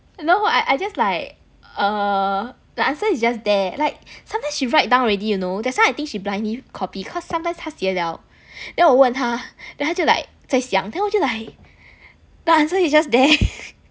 no I I just like err the answer is just there like sometimes she write down already you know that's why I think she blindly copy cause sometimes 他写 liao then 我问他 then 他就 like 在想 then 我就 like the answer is just there